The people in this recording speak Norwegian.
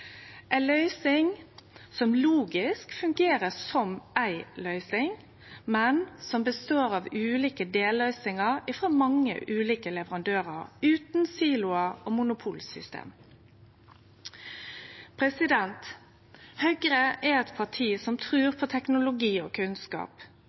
ei løysing som logisk fungerer som éi løysing, men som består av ulike delløysingar frå mange ulike leverandørar, utan siloar og monopolsystem. Høgre er eit parti som